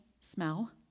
smell